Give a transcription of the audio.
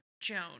Joan